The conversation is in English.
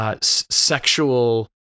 Sexual